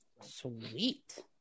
Sweet